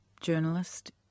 journalist